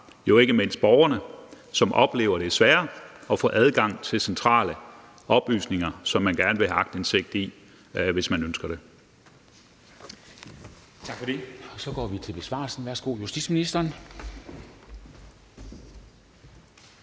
ikke mindst borgerne, som oplever, det er sværere at få adgang til centrale oplysninger, som man gerne vil have aktindsigt i, hvis man ønsker det.